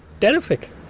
Terrific